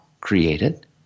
created